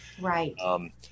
right